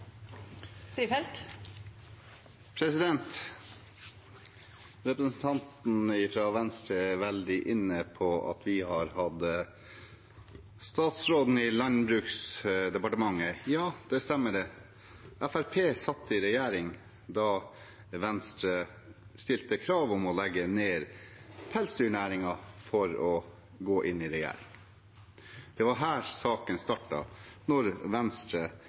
inne på at vi har hatt statsråden i Landbruksdepartementet. Ja, det stemmer. Fremskrittspartiet satt i regjering da Venstre stilte krav om å legge ned pelsdyrnæringen for å gå inn i regjering. Det var her saken startet – da Venstre